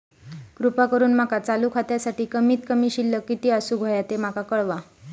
कृपा करून माका चालू खात्यासाठी कमित कमी शिल्लक किती असूक होया ते माका कळवा